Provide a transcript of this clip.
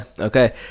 Okay